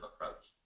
approach